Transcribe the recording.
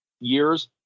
years